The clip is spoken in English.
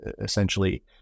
essentially